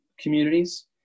communities